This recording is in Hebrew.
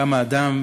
כמה אדם